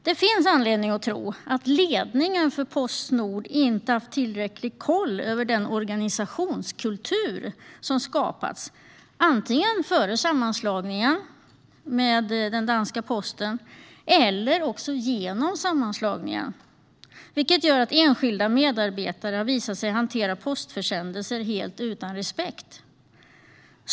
Det finns anledning att tro att ledningen för Postnord inte haft tillräcklig kontroll över den organisationskultur som skapats, antingen före sammanslagningen med den danska posten eller genom den, vilket gjort att enskilda medarbetare visat sig hantera postförsändelser helt utan respekt.